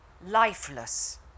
lifeless